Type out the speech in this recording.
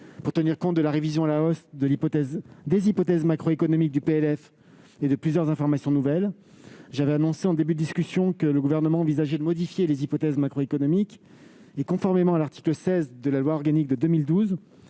pour tenir compte de la révision à la hausse des hypothèses macroéconomiques du PLF et de plusieurs informations nouvelles. J'avais annoncé au cours de la discussion générale que le Gouvernement envisageait de modifier les hypothèses macroéconomiques. Conformément à l'article 16 de la loi organique du 17